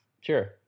Sure